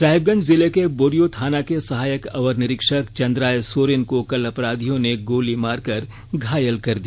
साहिबगंज जिले के बोरियो थाना के सहायक अवर निरीक्षक चंद्राय सोरेन को कल अपराधियों ने गोली मारकर घायल कर दिया